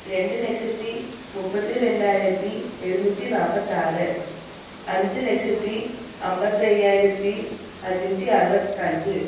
രണ്ടു ലക്ഷത്തി മുപ്പത്തി രണ്ടായിരത്തി എഴുന്നൂറ്റി നാൽപ്പത്താറ് അഞ്ച് ലക്ഷത്തി അൻപത്തയ്യായിരത്തി അഞ്ഞൂറ്റി അറുപത്തഞ്ച്